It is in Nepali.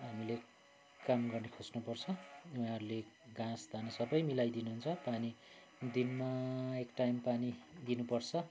हामीले काम गर्ने खोज्नुपर्छ उनीहरूले घाँस दाना सबै मिलाइदिनु हुन्छ पानी दिनमा एक टाइम पानी दिनुपर्छ